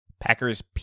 Packers